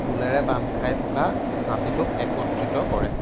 দোলেৰে বান্ধ খাই থকা জাতিটোক একত্ৰিত কৰে